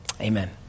amen